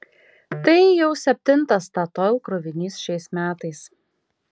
tai jau septintas statoil krovinys šiais metais